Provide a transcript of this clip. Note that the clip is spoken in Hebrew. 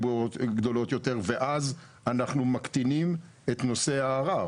גדולות יותר ואז אנחנו מקטינים את נושא הערר.